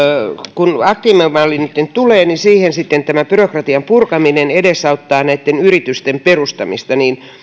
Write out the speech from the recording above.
kun aktiivimalli nytten tulee niin siinä sitten tämä byrokratian purkaminen edesauttaisi yritysten perustamista niin